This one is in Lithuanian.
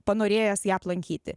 panorėjęs ją aplankyti